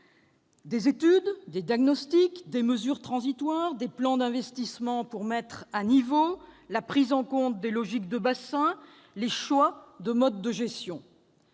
des études, des diagnostics, des mesures transitoires, des plans d'investissement pour mettre à niveau, une prise en compte des logiques de bassin et des choix de mode de gestion.